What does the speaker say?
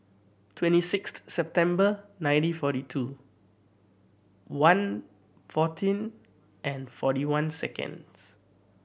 twenty sixth September nineteen forty two one fourteen and forty one seconds